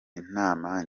inama